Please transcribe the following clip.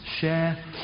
share